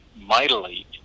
mightily